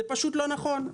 זה פשוט לא נכון.